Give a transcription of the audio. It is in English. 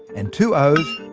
and two o's,